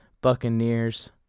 Buccaneers